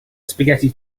spaghetti